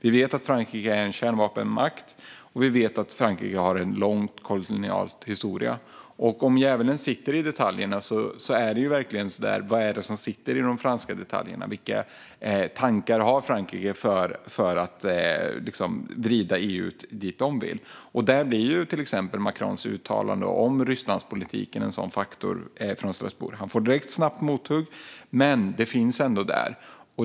Vi vet att Frankrike är en kärnvapenmakt och att man har en lång kolonial historia. Om djävulen nu sitter i detaljerna kan man undra vad som sitter i de franska detaljerna. Vilka tankar har Frankrike för att vrida EU dit de vill? Här är exempelvis Macrons uttalande om Rysslandspolitiken en faktor. Han får direkt mothugg, men uttalandet finns ändå där.